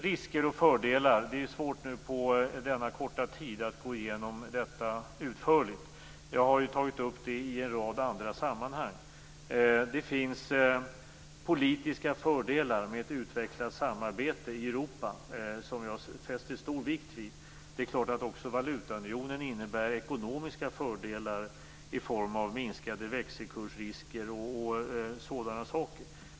Risker och fördelar? Det är svårt att på denna kort tid gå igenom dem utförligt, och jag har ju tagit upp dem i en rad andra sammanhang. Det finns politiska fördelar med ett utvecklat samarbete i Europa, som jag fäster stor vikt vid. Det är klart att också valutaunionen innebär ekonomiska fördelar i form av minskade växelkursrisker och annat.